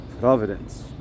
Providence